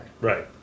Right